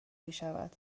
میشود